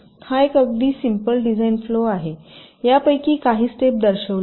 हा एक अगदी सिम्पल डिझाइन फ्लो आहे यापैकी काही स्टेप दर्शविली आहेत